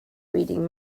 reading